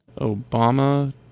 Obama